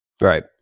Right